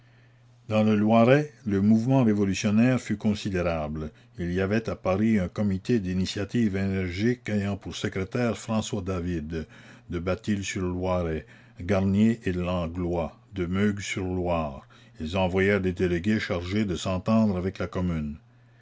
dans le loiret le mouvement révolutionnaire fut considérable il y avait à paris un comité d'initiative énergique ayant pour secrétaires françois david de batile sur loiret garnier et langlois de meug sur loire ils envoyèrent des délégués chargés de s'entendre avec la commune